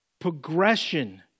progression